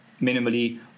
minimally